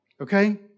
Okay